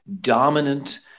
dominant